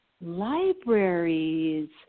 libraries